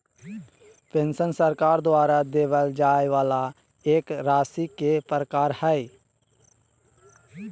pension सरकार द्वारा देबल जाय वाला एक राशि के प्रकार हय